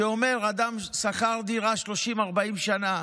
שאומר: אדם שכר דירה 30 40 שנה